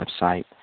website